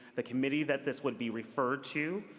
the committee that this would be referred to,